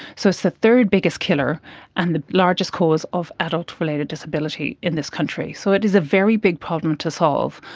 so it's the third biggest killer and the largest cause of adult related disability in this country. so it is a very big problem to solve,